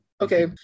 okay